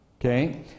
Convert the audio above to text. Okay